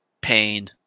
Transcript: Pain